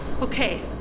Okay